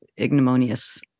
ignominious